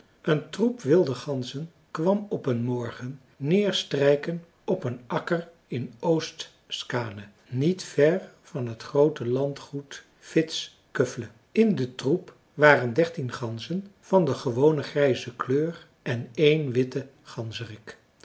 een troep wilde ganzen kwam op een morgen neerstrijken op een akker in oost skaane niet ver van het groote landgoed vittskövle in den troep waren dertien ganzen van de gewone grijze kleur en één witte ganzerik